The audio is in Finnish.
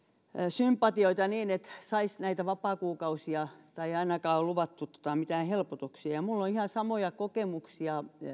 sympatioita niin että saisi näitä vapaakuukausia tai ainakaan ei ole luvattu mitään helpotuksia minulla on ihan samoja kokemuksia